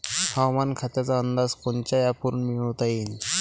हवामान खात्याचा अंदाज कोनच्या ॲपवरुन मिळवता येईन?